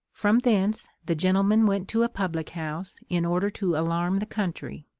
from thence the gentleman went to a public-house, in order to alarm the country.